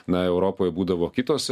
na europoj būdavo kitos